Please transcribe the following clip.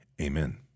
amen